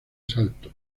salto